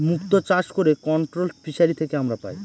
মুক্ত চাষ করে কন্ট্রোলড ফিসারী থেকে আমরা পাই